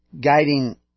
guiding